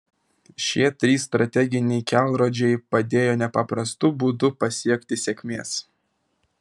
šie trys strateginiai kelrodžiai padėjo nepaprastu būdu pasiekti sėkmės